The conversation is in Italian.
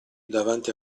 davanti